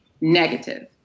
negative